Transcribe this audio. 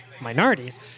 minorities